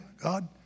God